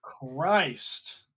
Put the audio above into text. Christ